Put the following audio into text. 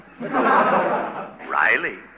Riley